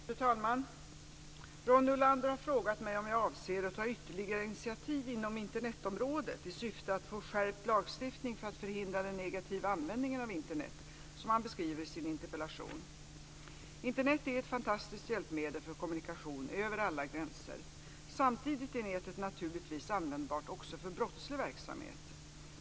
Fru talman! Ronny Olander har frågat mig om jag avser att ta ytterligare initiativ inom Internetområdet i syfte att få skärpt lagstiftning för att förhindra den negativa användning av Internet som han beskriver i sin interpellation. Internet är ett fantastiskt hjälpmedel för kommunikation över alla gränser. Samtidigt är nätet naturligtvis användbart också för brottslig verksamhet.